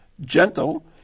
gentle